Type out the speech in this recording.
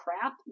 crap